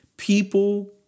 People